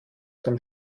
dem